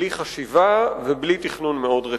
בלי חשיבה ובלי תכנון מאוד רציני.